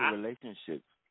relationships